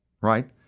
right